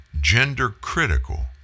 Gender-critical